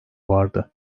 vardı